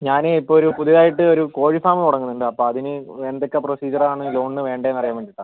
ഞാൻ ഇപ്പം ഒരു പുതിയതായിട്ട് ഒരു കോഴി ഫാമ് തുടങ്ങുന്നുണ്ട് അപ്പം അതിന് എന്തൊക്കെ പ്രൊസീജിയർ ആണ് ലോണിന് വേണ്ടതെന്ന് അറിയാൻ വേണ്ടിയിട്ടാണ്